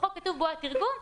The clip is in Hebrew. בחוק כתוב בועת תרגום,